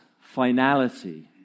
finality